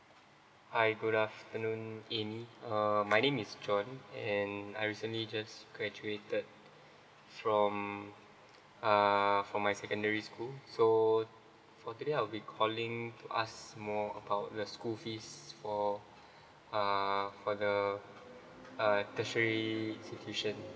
hi good afternoon amy uh my name is john and I recently just graduated from err for my secondary school so for today I'll be calling to ask more about the school fees for uh for the uh tertiary institution